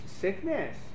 sickness